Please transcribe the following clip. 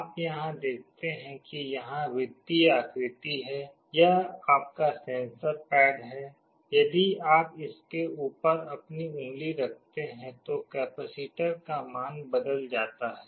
आप यहाँ देखते हैं कि यहाँ वृत्तीय आकृति है यह आपका सेंसर पैड है यदि आप इसके ऊपर अपनी उंगली रखते हैं तो कैपेसिटर का मान बदल जाता है